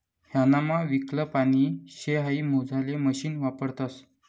ह्यानामा कितलं पानी शे हाई मोजाले मशीन वापरतस